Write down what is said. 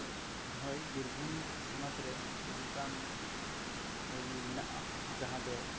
ᱦᱚᱭ ᱵᱤᱨᱵᱷᱩᱢ ᱦᱚᱱᱚᱛ ᱨᱮ ᱱᱚᱝᱠᱟᱱ ᱠᱟᱹᱦᱤᱱᱤ ᱢᱮᱱᱟᱜᱼᱟ ᱡᱟᱦᱟᱸ ᱫᱚ